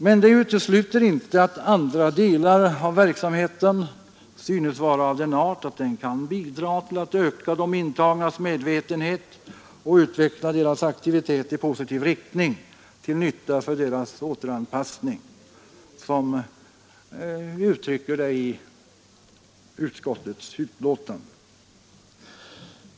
Men det utesluter inte att andra delar av verksamheten synes vara av den arten att de kan bidra till att öka de intagnas medvetenhet och utveckla deras aktivitet i positiv riktning till nytta för deras återanpassning, som vi uttrycker det i utskottsbetänkandet.